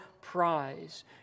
prize